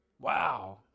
Wow